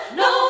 no